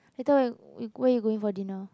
later where you where you going for dinner